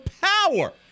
power